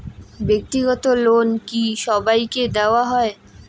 ব্যাক্তিগত লোন কি সবাইকে দেওয়া হয়?